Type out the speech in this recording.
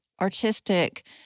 artistic